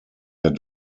der